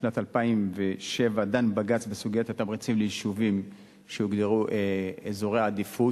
בשנת 2007 דן בג"ץ בסוגיית התמריצים ליישובים שהוגדרו אזורי עדיפות,